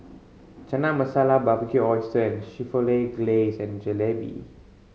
Chana Masala Barbecued Oysters with Chipotle Glaze and Jalebi